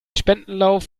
spendenlauf